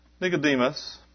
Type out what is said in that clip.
Nicodemus